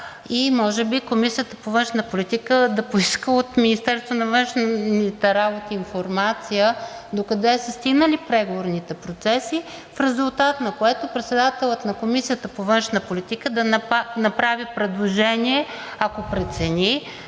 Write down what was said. и може Комисията по външна политика да поиска от Министерството на външните работи информация докъде са стигнали преговорните процеси, в резултат на което председателят на Комисията по външна политика да направи предложение, ако прецени,